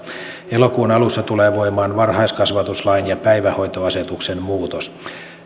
elokuun alussa tulee voimaan varhaiskasvatuslain ja päivähoitoasetuksen muutos